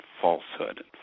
falsehood